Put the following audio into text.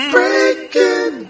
Breaking